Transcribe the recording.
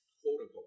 quote-unquote